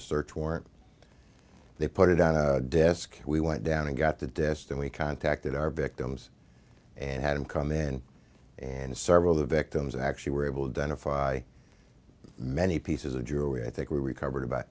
a search warrant they put it on a desk we went down and got to destin we contacted our victims and had him come in and several of the victims actually were able to identify many pieces of jewelry i think we recovered about